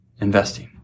investing